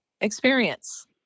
experience